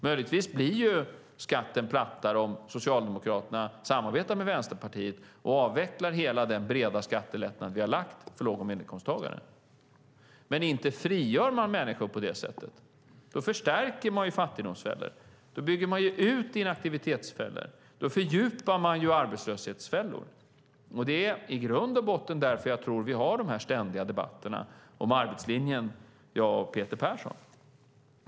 Möjligtvis blir skatten plattare om Socialdemokraterna samarbetar med Vänsterpartiet och avvecklar hela den breda skattelättnad vi har lagt för låg och medelinkomsttagare. Men inte frigör man människor på det sättet. Då förstärker man i stället fattigdomsfällor. Då bygger man ut inaktivitetsfällor. Då fördjupar man arbetslöshetsfällor. Det är i grund och botten därför jag tror att vi har de här ständiga debatterna om arbetslinjen, jag och Peter Persson.